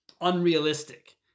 unrealistic